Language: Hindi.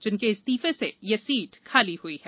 जिनके इस्तीफे से ये सीट खाली हुई है